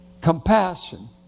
Compassion